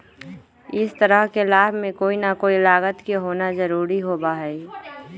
हर तरह के लाभ में कोई ना कोई लागत के होना जरूरी होबा हई